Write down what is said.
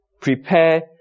prepare